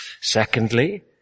Secondly